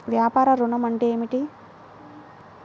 వ్యాపార ఋణం అంటే ఏమిటి?